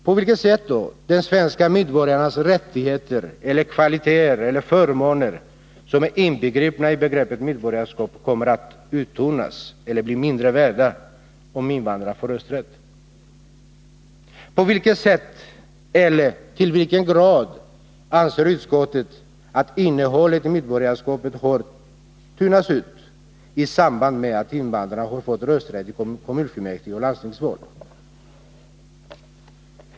På vilket sätt kommer de svenska medborgarnas rättigheter eller kvaliteter eller förmåner, som är inbegripna i begreppet medborgarskap, att uttunnas eller bli mindre värda om invandrarna får rösträtt? På vilket sätt — eller till vilken grad — anser utskottet att innehållet i medborgarskapet har tunnats ut i samband med att invandrarna har fått rösträtt i kommunfullmäktige och landstingsval?